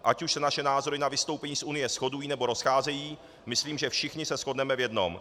Ať už se naše názory na vystoupení z Unie shodují, nebo rozcházejí, myslím, že všichni se shodneme v jednom.